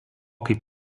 kaip